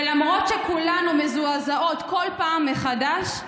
ולמרות שכולנו מזועזעות בכל פעם מחדש,